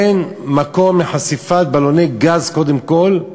אין מקום לחשיפת בלוני גז, קודם כול,